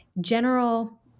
general